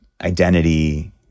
identity